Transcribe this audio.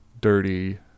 dirty